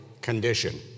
condition